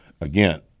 again